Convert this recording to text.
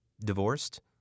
Divorced